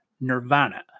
Nirvana